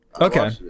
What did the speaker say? Okay